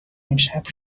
امشب